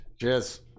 Cheers